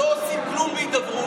אתם לא עושים כלום בהידברות.